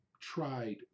tried